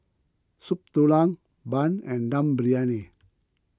Soup Tulang Bun and Dum Briyani